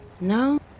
No